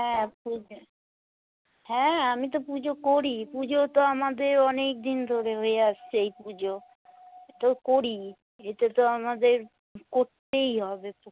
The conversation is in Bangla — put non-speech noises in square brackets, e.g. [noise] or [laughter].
হ্যাঁ [unintelligible] হ্যাঁ আমি তো পুজো করি পুজো তো আমাদের অনেক দিন ধরে হয়ে আসছে এই পুজো তো করি এতে তো আমাদের করতেই হবে পো